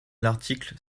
l’article